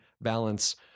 balance